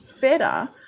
better